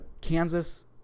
Kansas